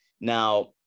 Now